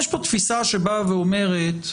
יש פה תפיסה שבאה ואומרת: